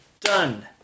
Done